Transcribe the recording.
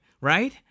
right